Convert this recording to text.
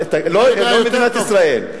לא מדינת ישראל,